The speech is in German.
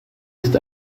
ist